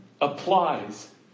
applies